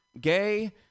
gay